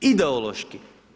Ideološki.